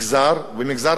המגזר החלש,